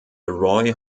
roy